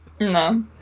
No